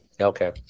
Okay